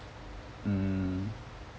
mm